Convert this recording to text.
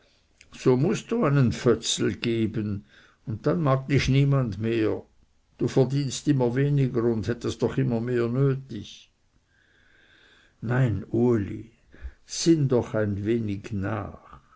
so mußt du einen fötzel geben und dann mag dich niemand mehr du verdienst immer weniger und hättest doch immer mehr nötig nein uli sinn doch ein wenig nach